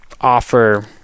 offer